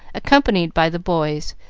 accompanied by the boys,